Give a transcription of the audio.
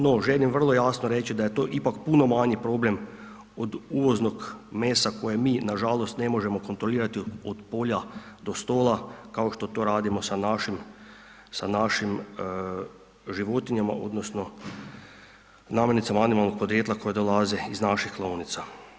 No želim vrlo jasno reći da je to ipak puno manji problem od uvoznog mesa kojeg mi nažalost ne možemo kontrolirati od polja do stola, kao što to radimo sa našim, sa našim životinjama odnosno namirnicama animalnog podrijetla koje dolaze iz naših klaonica.